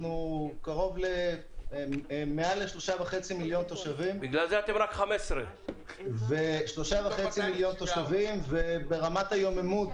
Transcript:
אנחנו מעל 3.5 מיליון תושבים -- בגלל זה אתם רק 15. -- וברמת היוממות